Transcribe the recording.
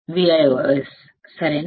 Vios సరేనా